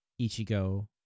Ichigo